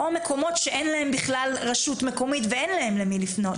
או מקומות שאין להם בכלל רשות מקומית ואין להם למי לפנות.